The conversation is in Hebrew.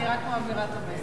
אני רק מעבירה את המסר.